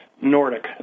Nordic